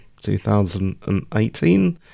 2018